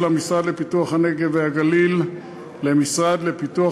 המשרד לפיתוח הנגב והגליל למשרד לפיתוח